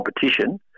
competition